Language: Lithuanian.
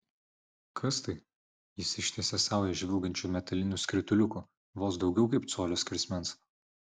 kas tai jis ištiesė saują žvilgančių metalinių skrituliukų vos daugiau kaip colio skersmens